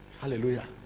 Hallelujah